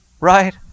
right